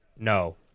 No